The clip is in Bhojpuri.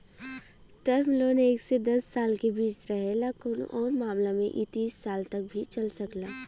टर्म लोन एक से दस साल के बीच रहेला कउनो आउर मामला में इ तीस साल तक भी चल सकला